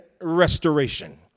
restoration